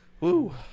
Woo